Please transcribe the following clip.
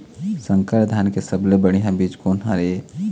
संकर धान के सबले बढ़िया बीज कोन हर ये?